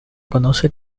conoce